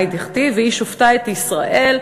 ומאי דכתיב והיא שופטה את ישראל,